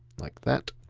like that.